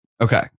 Okay